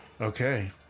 Okay